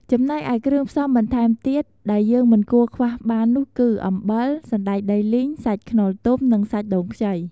ចំណែកឯ គ្រឿងផ្សំំបន្ថែមទៀតដែលយើងមិនគួរខ្វះបាននោះគឺ អំបិល សណ្ដែកដីលីង សាច់ខ្នុរទុំ និងសាច់ដូងខ្ចី។